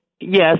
Yes